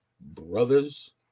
brothers